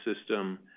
system